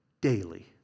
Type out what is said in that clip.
daily